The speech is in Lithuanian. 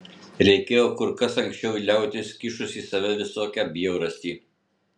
reikėjo kur kas anksčiau liautis kišus į save visokią bjaurastį